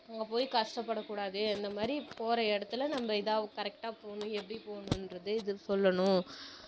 அங்கே போய் கஷ்டப்படக்கூடாது அந்த மாதிரி போகிற இடத்துல நம்ப இதாக கரெக்டாக போகணும் எப்படி போகணுன்றது இது சொல்லணும்